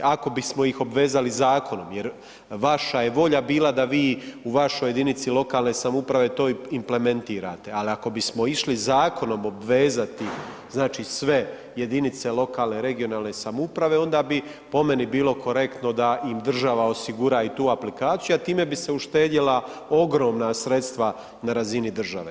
Ako bismo ih obvezali zakonom jer vaša je volja bila da vi u vašoj jedinici lokalne samouprave to implementirate, ali ako bismo išli zakonom obvezati znači sve jedinice lokalne i regionalne samouprave onda bi po meni bilo korektno da im država osigura i tu aplikaciju, a time bi se uštedjela ogromna sredstva na razini države.